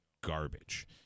garbage